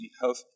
health